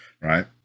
Right